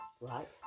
Right